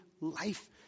life